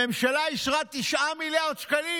הממשלה אישרה 9 מיליארד שקלים.